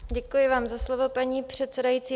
Děkuji vám za slovo, paní předsedající.